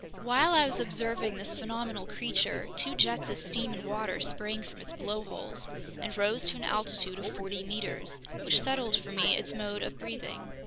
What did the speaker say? while i was observing this phenomenal creature, two jets of steam and water sprang from its blowholes and rose to an altitude of forty meters, which settled for me its mode of breathing.